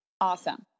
Awesome